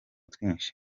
twinshi